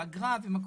עם אגרה ועם הכל,